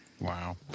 Wow